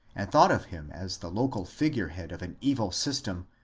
and thought of him as the local figure-head of an evil system,